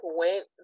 went